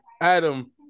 Adam